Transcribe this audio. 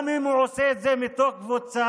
גם אם הוא עושה את זה מתוך קבוצה,